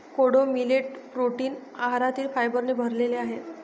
कोडो millet protein आहारातील फायबरने भरलेले आहे